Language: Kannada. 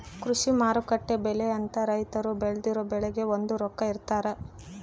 ಕೃಷಿ ಮಾರುಕಟ್ಟೆ ಬೆಲೆ ಅಂತ ರೈತರು ಬೆಳ್ದಿರೊ ಬೆಳೆಗೆ ಒಂದು ರೊಕ್ಕ ಇಟ್ಟಿರ್ತಾರ